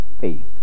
faith